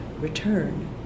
return